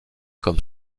comme